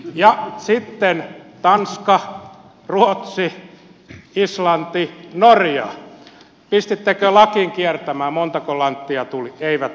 ja sitten tanska ruotsi islanti norja pistittekö lakin kiertämään montako lanttia tuli eivät ole mukana